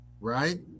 Right